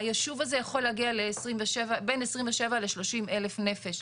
הישוב הזה יכול להגיע לבין 27,000-30,000 נפש.